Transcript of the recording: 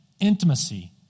intimacy